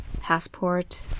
Passport